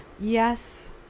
Yes